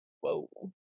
Whoa